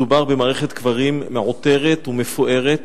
מדובר במערכת קברים מעוטרת ומפוארת